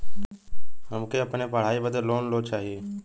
हमके अपने पढ़ाई बदे लोन लो चाही?